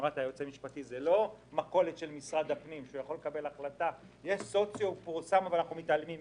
לא שמשרד הפנים יכול לקבל החלטה כשהוא מתעלם מהסוציו.